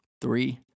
Three